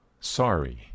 Sorry